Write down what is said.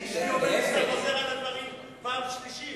אשתי אומרת שאתה חוזר על הדברים פעם שלישית.